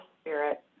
spirit